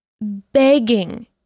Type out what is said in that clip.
begging